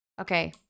okay